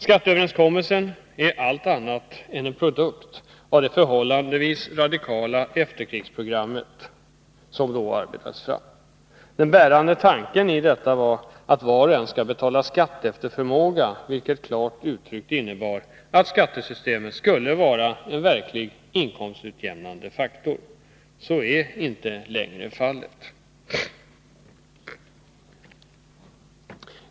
Skatteöverenskommelsen är allt annat än en produkt av det förhållandevis radikala efterkrigsprogram som hade arbetats fram. Den bärande tanken i detta var att var och en skall betala skatt efter förmåga, vilket klart uttryckt innebar att skattesystemet skulle vara en verklig inkomstutjämnande faktor. Så är inte längre fallet.